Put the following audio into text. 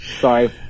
Sorry